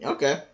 Okay